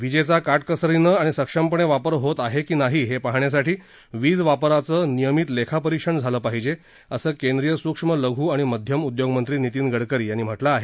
विजेचा काटकसरीनं आणि सक्षमपणे वापर होत आहे की नाही हे पाहण्यासाठी वीजवापराचं नियमित लेखापरिक्षण झालं पाहिजे असं केंद्रीय सूक्ष्म लघ् आणि मध्यम उद्योगमंत्री नितीन गडकरी यांनी म्हटलं आहे